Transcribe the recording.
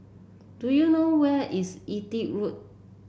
do you know where is Everitt Road